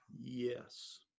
Yes